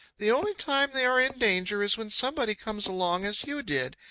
the only time they are in danger is when somebody comes along, as you did,